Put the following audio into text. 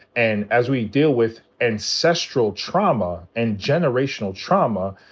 and as we deal with ancestral trauma and generational trauma,